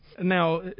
Now